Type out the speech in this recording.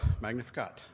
Magnificat